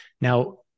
Now